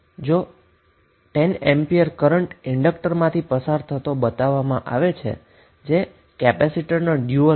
8 Faraday capacitor વોલ્ટેજએ ઈન્ડકટરમાંથી પસાર થતા 10 એમ્પિયર કરન્ટથી રજુ કરવામાં આવશે કે જે કેપેસીટરનો ડયુઅલ છે